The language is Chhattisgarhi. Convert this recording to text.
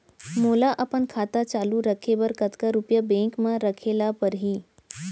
मोला अपन खाता चालू रखे बर कतका रुपिया बैंक म रखे ला परही?